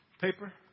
Paper